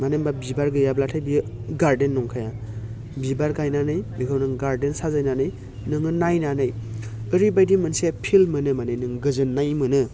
मानो होमब्ला बिबार गैयाब्लाथाय बियो गार्डेन नंखाया बिबार गायनानै बेखौ नों गार्डेन साजायनानै नोङो नायनानै ओरैबायदि मोनसे फिल मोनो माने नों गोजोननाय मोनो